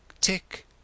tick